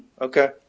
Okay